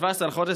ב-17 בחודש,